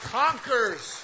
conquers